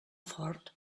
fort